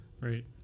Right